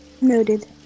Noted